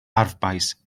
arfbais